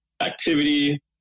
activity